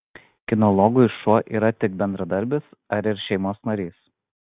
kinologui šuo yra tik bendradarbis ar ir šeimos narys